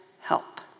help